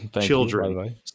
children